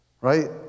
Right